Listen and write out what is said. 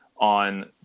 on